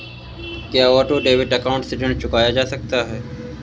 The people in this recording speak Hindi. क्या ऑटो डेबिट अकाउंट से ऋण चुकाया जा सकता है?